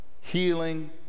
healing